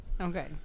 Okay